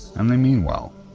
and they mean well.